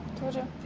told you.